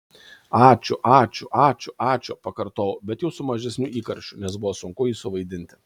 ačiū ačiū ačiū ačiū pakartojau bet jau su mažesniu įkarščiu nes buvo sunku jį suvaidinti